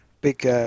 big